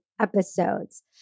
episodes